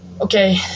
Okay